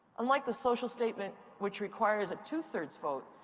unlike the social statement, which requires a two three vote,